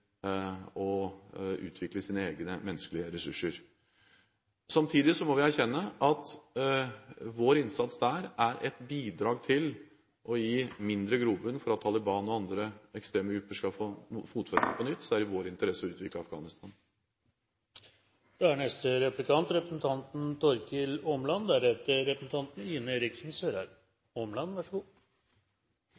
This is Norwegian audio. å utvikle sine egne menneskelige ressurser. Samtidig må vi erkjenne at vår innsats der er et bidrag til å gi mindre grobunn for at Taliban og andre ekstreme grupper skal få fotfeste på nytt. Så det er i vår interesse å utvikle Afghanistan.